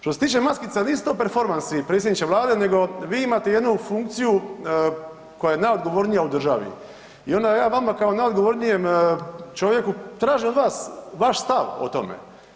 Što se tiče maskica, nisu to performansi predsjedniče Vlade nego vi imate jednu funkciju koja je najodgovornija u državi i onda ja vama kao najodgovornijem čovjeku tražim od vas vaš stav o tome.